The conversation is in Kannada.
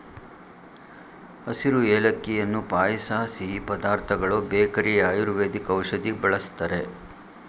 ಹಸಿರು ಏಲಕ್ಕಿಯನ್ನು ಪಾಯಸ ಸಿಹಿ ಪದಾರ್ಥಗಳು ಬೇಕರಿ ಆಯುರ್ವೇದಿಕ್ ಔಷಧಿ ಬಳ್ಸತ್ತರೆ